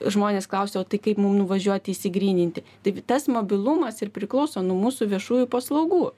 žmonės klausia o tai kaip mum nuvažiuoti išsigryninti tai tas mobilumas ir priklauso nuo mūsų viešųjų paslaugų